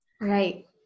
Right